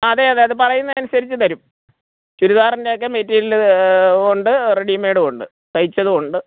അതെ അതെ അതു പറയുന്നതിനനുസരിച്ച് തരും ചുരിദാറിന്റെയൊക്കെ മെറ്റീരിയൽ ഉണ്ട് റെഡി മേയ്ഡും ഉണ്ട് തയ്ച്ചതും ഉണ്ട്